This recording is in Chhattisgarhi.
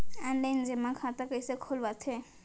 ऑनलाइन जेमा खाता कइसे खोलवाथे?